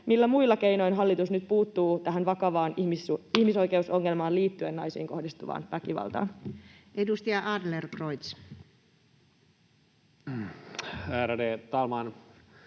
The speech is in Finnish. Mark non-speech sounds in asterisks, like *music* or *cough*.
millä muilla keinoin hallitus nyt puuttuu tähän vakavaan ihmisoikeusongelmaan *noise* liittyen naisiin kohdistuvaan väkivaltaan? Edustaja Adlercreutz. Ärade talman!